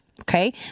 Okay